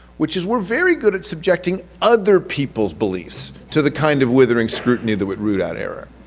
which is we're very good at subjecting other people's beliefs to the kind of withering scrutiny that would root out error.